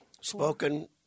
Spoken